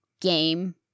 game